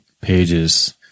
pages